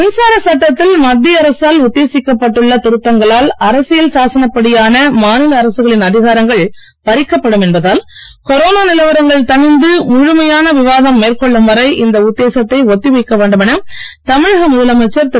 மின்சார சட்டத்தில் மத்திய அரசால் உத்தேசிக்கப்பட்டுள்ள திருத்தங்களால் அரசியல் சாசனபடியான மாநில அரசுகளின் அதிகாரங்கள் பறிக்கப்படும் என்பதால் கொரோனா நிலவரங்கள் தணிந்து முழுமையான விவாதம் மேற்கொள்ளும் வரை இந்த உத்தேசத்தை ஒத்திவைக்க வேண்டும் என தமிழக முதலமைச்சர் திரு